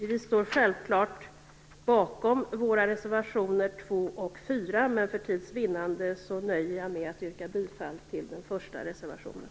Vi står självklart bakom våra reservationer 2 och 4, men för tids vinnande nöjer jag mig med att yrka bifall till den första reservationen.